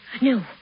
No